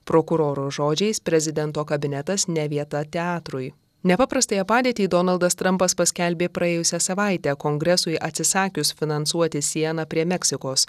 prokuroro žodžiais prezidento kabinetas ne vieta teatrui nepaprastąją padėtį donaldas trampas paskelbė praėjusią savaitę kongresui atsisakius finansuoti sieną prie meksikos